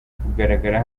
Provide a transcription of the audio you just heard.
kugaragara